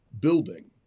building